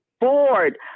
board